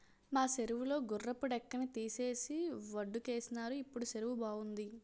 మా సెరువు లో గుర్రపు డెక్కని తీసేసి వొడ్డుకేసినారు ఇప్పుడు సెరువు బావుంది